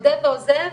מודה ועוזב.